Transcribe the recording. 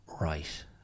right